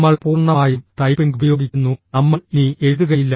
നമ്മൾ പൂർണ്ണമായും ടൈപ്പിംഗ് ഉപയോഗിക്കുന്നു നമ്മൾ ഇനി എഴുതുകയില്ല